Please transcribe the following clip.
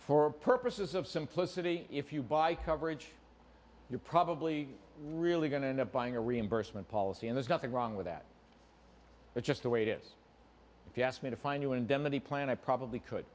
for purposes of simplicity if you buy coverage you probably really going to end up buying a reimbursement policy and there's nothing wrong with that but just the way it is if you ask me to find you indemnity plan i probably could